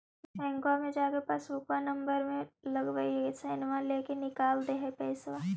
बैंकवा मे जा के पासबुकवा नम्बर मे लगवहिऐ सैनवा लेके निकाल दे है पैसवा?